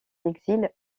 exil